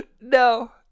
no